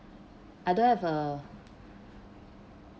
I don't have a